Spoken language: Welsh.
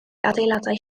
adeiladau